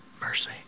mercy